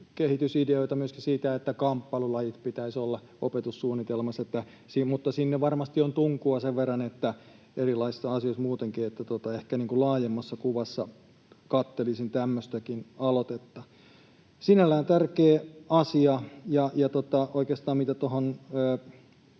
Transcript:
kehitysideoita myöskin siitä, että kamppailulajit pitäisi olla opetussuunnitelmassa, mutta sinne varmasti on tunkua sen verran erilaisissa asioissa muutenkin, että ehkä laajemmassa kuvassa katselisin tämmöistäkin aloitetta. Sinällään tämä on